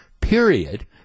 period